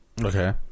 Okay